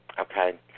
okay